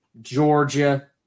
Georgia